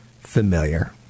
familiar